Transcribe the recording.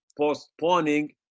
postponing